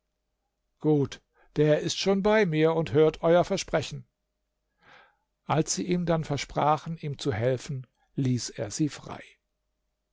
gut der ist schon bei mir und hört euer versprechen als sie ihm dann versprachen ihm zu helfen ließ er sie frei